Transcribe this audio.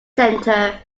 center